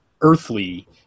earthly